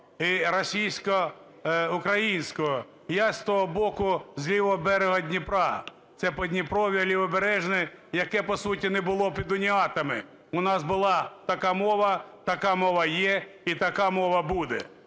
і російсько-українського. Я з того боку, з лівого берега Дніпра, це Подніпров'я лівобережне, яке, по суті, не було під уніатами. У нас була така мова, така мова є і така мова буде,